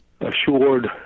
assured